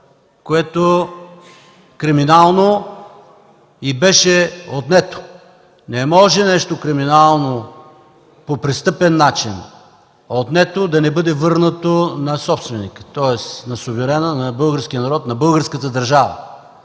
което криминално й беше отнето. Не може нещо криминално, по престъпен начин отнето, да не бъде върнато на собственика, тоест на суверена, на българския народ, на българската държава.